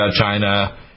China